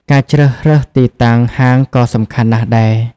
ការជ្រើសរើសទីតាំងហាងក៏សំខាន់ណាស់ដែរ។